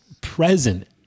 present